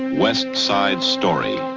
west side story.